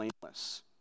blameless